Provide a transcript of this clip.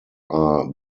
are